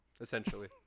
essentially